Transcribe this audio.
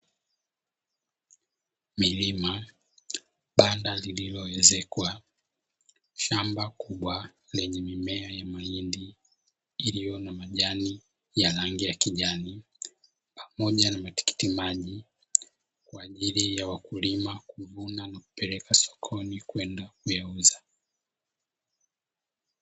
Milima, banda lililoezekwa, shamba kubwa lenye mimea ya mahindi iliyo na majani ya rangi ya kijani pamoja na matikiti maji, kwa ajili ya wakulima kuvuna na kupeleka sokoni kwenda kuyauza.